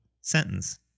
sentence